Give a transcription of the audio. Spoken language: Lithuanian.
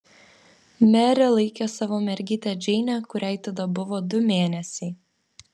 merė laikė savo mergytę džeinę kuriai tada buvo du mėnesiai